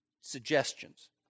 suggestions